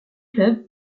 club